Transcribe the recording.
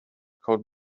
code